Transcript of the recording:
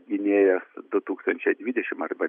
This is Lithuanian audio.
gynėjas du tūkstančiai dvidešim arba